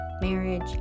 marriage